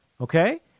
Okay